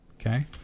Okay